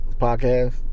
podcast